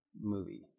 movie